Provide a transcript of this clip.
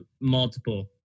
multiple